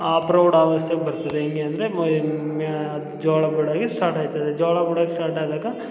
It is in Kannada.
ಆ ಪ್ರೌಢಾವಸ್ಥೆಗೆ ಬರ್ತದೆ ಹೆಂಗೆ ಅಂದರೆ ಮೈ ಮ್ಯಾ ಜೋಳ ಬಿಡಾಗಿ ಸ್ಟಾರ್ಟ್ ಆಗ್ತದೆ ಜೋಳ ಬಿಡೊಕ್ಕೆ ಸ್ಟಾರ್ಟ್ ಆದಾಗ